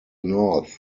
north